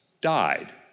died